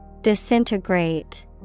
Disintegrate